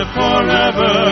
forever